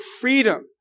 freedom